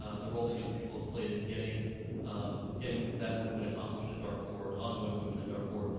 ah the role that young people have played in getting um getting that movement accomplished in darfur, ongoing movement in darfur.